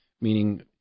meaning